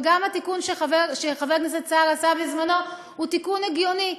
וגם התיקון שחבר הכנסת סער עשה בזמנו הוא תיקון הגיוני,